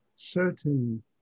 Certain